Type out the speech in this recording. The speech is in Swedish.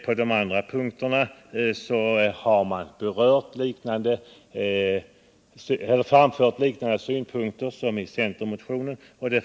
Jag skall inte försvara utskottets handlingssätt.